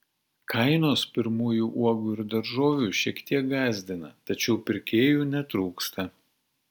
kainos pirmųjų uogų ir daržovių šiek tiek gąsdina tačiau pirkėjų netrūksta